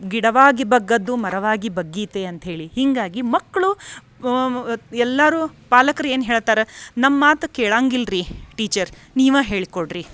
ಗಿಡವಾಗಿ ಬಗ್ಗದ್ದು ಮರವಾಗಿ ಬಗ್ಗೀತೆ ಅಂತ್ಹೇಳಿ ಹೀಗಾಗಿ ಮಕ್ಕಳು ಎಲ್ಲಾರು ಪಾಲಕ್ರು ಏನು ಹೇಳ್ತಾರೆ ನಮ್ಮ ಮಾತು ಕೇಳಂಗಿಲ್ಲ ರೀ ಟೀಚರ್ ನೀವು ಹೇಳ್ಕೊಡ್ರಿ